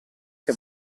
che